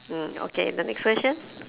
mm okay the next question